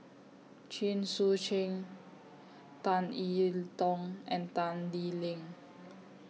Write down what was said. Chen Sucheng Tan E Tong and Tan Lee Leng